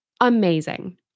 amazing